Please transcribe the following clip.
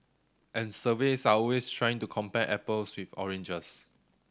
and surveys are always trying to compare apples with oranges